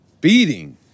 beating